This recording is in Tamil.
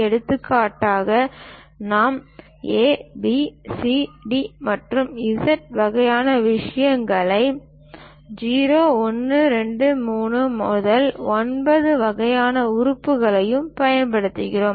எடுத்துக்காட்டாக நாம் A B C D மற்றும் Z வகையான விஷயங்களையும் 0 1 2 3 முதல் 9 வகையான உறுப்புகளையும் பயன்படுத்துகிறோம்